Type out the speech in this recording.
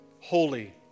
Holy